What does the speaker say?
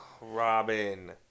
robin